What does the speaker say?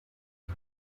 san